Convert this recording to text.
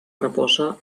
reposa